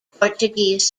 portuguese